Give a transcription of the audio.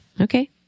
Okay